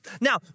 Now